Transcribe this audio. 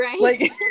right